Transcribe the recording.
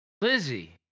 Lizzie